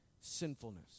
sinfulness